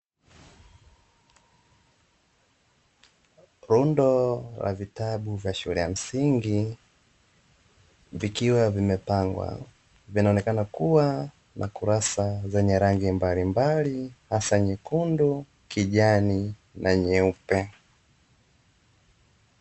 Rundo la vitabu vya shule ya msingi vikiwa vimepangwa vinaonekana kuwa na rangi tofauti hasa za kijani na rangi nyeupe